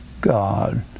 God